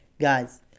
guys